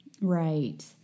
Right